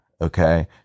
Okay